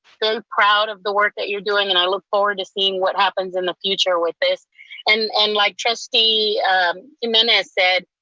and proud of the work that you're doing and i look forward to seeing what happens in the future with this and and like trustee jimenez said,